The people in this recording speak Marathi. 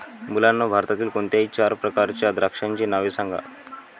मुलांनो भारतातील कोणत्याही चार प्रकारच्या द्राक्षांची नावे सांगा